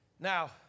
Now